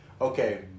Okay